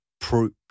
proof